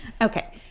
Okay